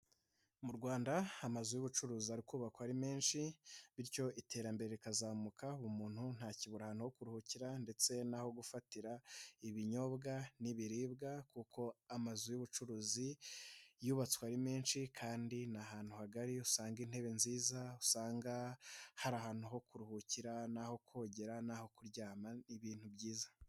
Mu Rwanda amazu y'ubucuruzi ari kubakwa ari menshi bityo iterambere rikazamuka, umuntu ntakibura ahantu ho kuruhukira ndetse n'aho gufatira ibinyobwa n'ibiribwa kuko amazu y'ubucuruzi yubatswe ari menshi kandi ni ahantu hagari usanga intebe nziza usanga hari ahantu ho kuruhukira n'aho kogera n'aho kuryama, ni ibintu byiza.